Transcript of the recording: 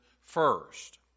first